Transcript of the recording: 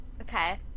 okay